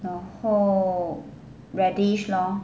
然后 radish lor